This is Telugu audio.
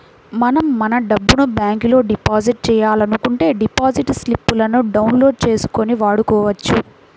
మనం మన డబ్బును బ్యాంకులో డిపాజిట్ చేయాలనుకుంటే డిపాజిట్ స్లిపులను డౌన్ లోడ్ చేసుకొని వాడుకోవచ్చు